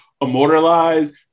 immortalized